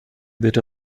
wird